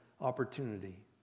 opportunity